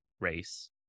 race